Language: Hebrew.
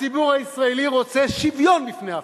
הציבור הישראלי רוצה שוויון בפני החוק.